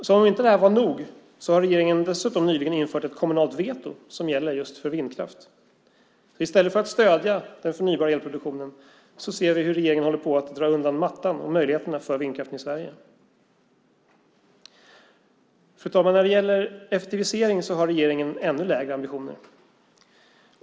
Som om inte det här var nog har regeringen dessutom nyligen infört ett kommunalt veto som gäller just för vindkraft. I stället för att stödja den förnybara elproduktionen ser vi hur regeringen håller på att dra undan mattan och möjligheterna för vindkraften i Sverige. Fru talman! När det gäller effektiviseringen har regeringen ännu lägre ambitioner.